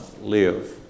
live